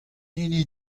hini